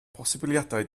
posibiliadau